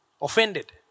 offended